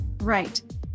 Right